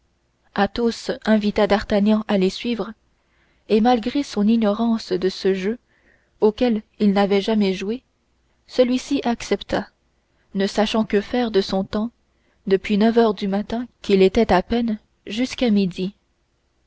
luxembourg athos invita d'artagnan à les suivre et malgré son ignorance de ce jeu auquel il n'avait jamais joué celui-ci accepta ne sachant que faire de son temps depuis neuf heures du matin qu'il était à peine jusqu'à midi